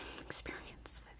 experience